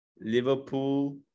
Liverpool